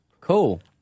Cool